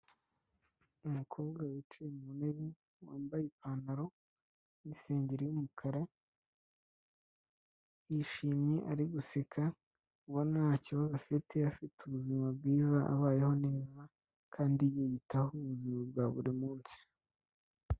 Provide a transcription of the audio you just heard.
Umukobwa wicaye mu ntebe, wambaye ipantaro n'isengeri y'umukara, yishimye ari guseka ubona nta kibazo afite, afite ubuzima bwiza, abayeho neza kandi yiyitaho mu buzima bwa buri munsi.